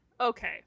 okay